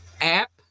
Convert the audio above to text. app